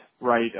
right